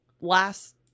last